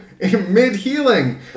mid-healing